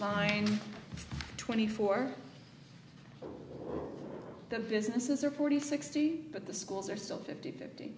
fine twenty four the businesses are forty sixty but the schools are still fifty fifty